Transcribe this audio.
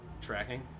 tracking